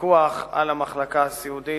הפיקוח על המחלקה הסיעודית,